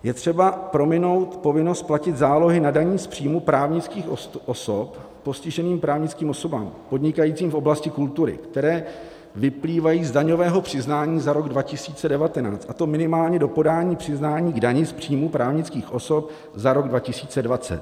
Je třeba prominout povinnost platit zálohy na dani z příjmu právnických osob postiženým právnickým osobám podnikajícím v oblasti kultury, které vyplývají z daňového přiznání za rok 2019, a to minimálně do podání přiznání k dani z příjmu právnických osob za rok 2020.